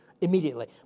immediately